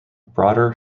broader